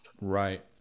right